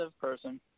person